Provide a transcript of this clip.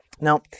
Now